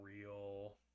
real